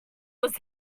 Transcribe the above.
was